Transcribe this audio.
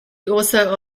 also